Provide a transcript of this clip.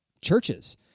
churches